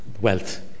wealth